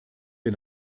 wir